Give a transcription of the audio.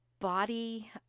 body